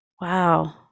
Wow